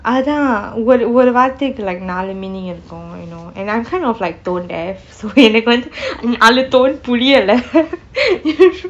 அதுதான் ஒரு வார்த்தைக்கு:athu thaan oru vaarthaiku like நாளு:naalu meaning இருக்கும்:irukkum you know and I'm kind of like tone deaf so எனக்கு வந்து நாளு:enakku vanthu naalu tone புரியலை:puriyalei